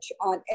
on